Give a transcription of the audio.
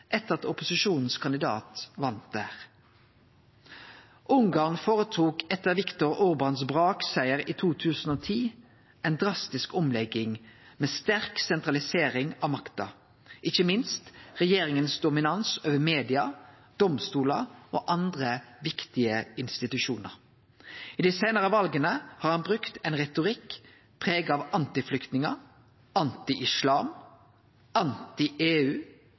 etter at opposisjonskandidaten vann valet. Ungarn gjennomførte etter Viktor Orbáns braksiger i 2010 ei drastisk omlegging med sterk sentralisering av makta, ikkje minst regjeringa sin dominans over media, domstolane og andre viktige institusjonar. I dei seinare vala har han brukt ein retorikk prega av anti-flyktningar, anti-islam, anti-EU, anti-FN og ikkje minst anti-Soros. Kvifor? Han meiner EU